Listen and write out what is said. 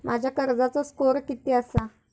माझ्या कर्जाचो स्कोअर किती आसा?